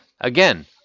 Again